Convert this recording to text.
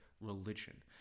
religion